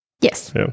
Yes